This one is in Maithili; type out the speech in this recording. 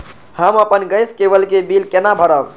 हम अपन गैस केवल के बिल केना भरब?